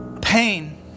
pain